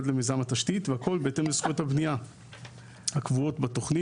למיזם התשתית והכל בהתאם לזכויות הבנייה הקבועות בתוכנית,